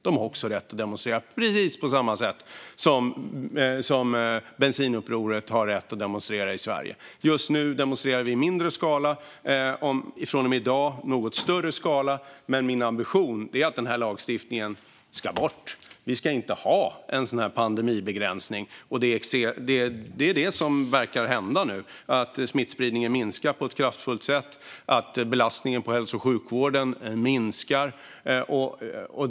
De har rätt att demonstrera i Sverige precis på samma sätt som Bensinupproret har det. Just nu demonstrerar vi i mindre skala, om än i något större skala från och med i dag. Min ambition är dock att denna lagstiftning ska bort. Vi ska inte ha kvar den här pandemibegränsningen. Just nu verkar smittspridningen minska kraftigt. Belastningen på hälso och sjukvården minskar.